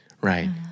right